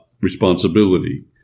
responsibility